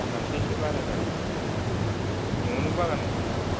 दामासो एसे बारा जागोन न'आव देनाय न'आवनो बागान दंखायो नालाय